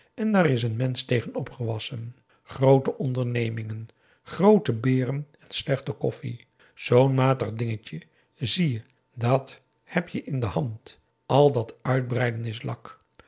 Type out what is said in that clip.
en daar is n mensch tegen opgewassen groote ondernemingen groote beeren en slechte koffie zoo'n matig dingetje zie je dat heb je in de hand al dat uitbreiden is lak